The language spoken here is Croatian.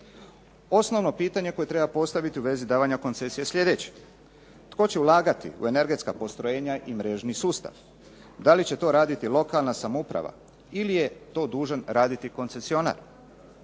Osnovno pitanje koje treba postaviti u vezi davanja koncesije je slijedeće. Tko će ulagati u energetska postrojenja i mrežni sustav? Da li će to raditi lokalna samouprava ili je to dužan raditi koncesionar?